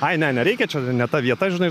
ai ne nereikia čia ne ta vieta žinai